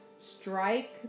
Strike